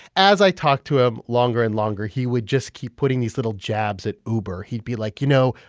as i talked to him longer and longer, he would just keep putting these little jabs at uber. he'd be like, you know,